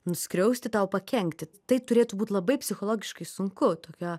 nuskriausti tau pakenkti tai turėtų būt labai psichologiškai sunku tokio